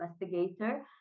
investigator